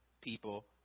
people